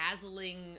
dazzling